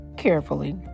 Carefully